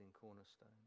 Cornerstone